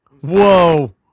Whoa